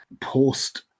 post